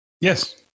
Yes